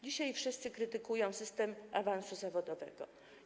Dzisiaj wszyscy krytykują system awansu zawodowego.